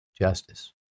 justice